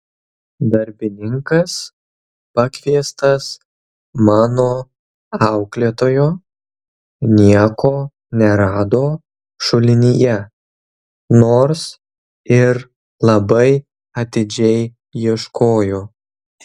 darbininkas pakviestas mano auklėtojo nieko nerado šulinyje nors ir labai atidžiai ieškojo